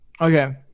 Okay